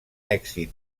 èxit